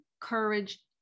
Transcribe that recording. courage